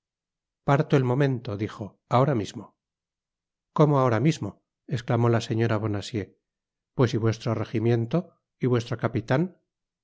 parto al momento dijo ahora mismo cómo ahora mismo esclamó la señora bonacieux pues y vuestro regimiento y vuestro capitan